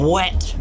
wet